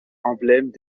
emblèmes